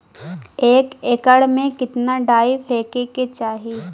एक एकड़ में कितना डाई फेके के चाही?